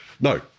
no